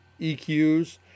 EQs